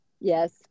yes